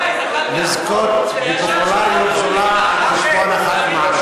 לזכות בפופולריות זולה על חשבון הח"כים הערבים.